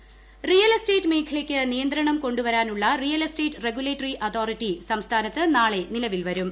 നിർമ്മാണ authority real estate മേഖലയ്ക്ക് നിയന്ത്രണം കൊണ്ടുവരാനുള്ള റിയൽ എസ്റ്റേറ്റ് റെഗുലേറ്ററി അതോറിറ്റി സംസ്ഥാനത്ത് നാളെ നിലവിൽ വരും